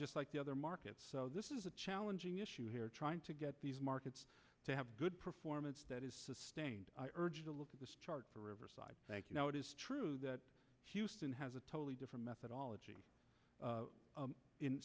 just like the other markets so this is a challenging issue here trying to get these markets to have good performance that is sustained urge to look at this chart for riverside thank you now it is true that houston has a totally different methodology